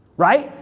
right?